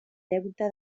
deute